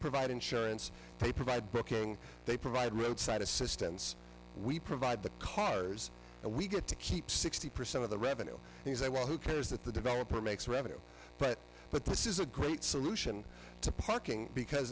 provide insurance they provide booking they provide roadside assistance we provide the cars and we get to keep sixty percent of the revenue you say well who cares that the developer makes revenue but but this is a great solution to parking because